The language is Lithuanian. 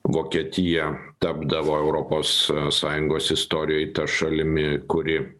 vokietija tapdavo europos sąjungos istorijoj ta šalimi kuri